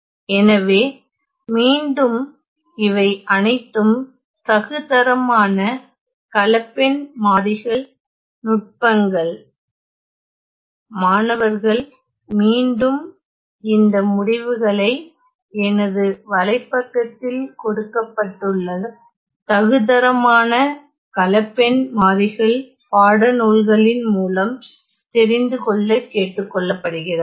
எனவே மீண்டும் இவை அனைத்தும் தகுதரமான கலப்பெண் மாறிகள் நுட்பங்கள் மாணவர்கள் மீண்டும் இந்த முடிவுகளை எனது வலைப்பக்கத்தில் கொடுக்கப்பட்டுள்ள தகுதரமான கலப்பெண் மாறிகள் பாடநூல்களின் மூலம் தெரிந்துகொள்ள கேட்டுக்கொள்ளப்படுகிறார்கள்